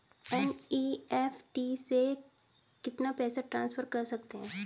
NEFT से कितना पैसा ट्रांसफर कर सकते हैं?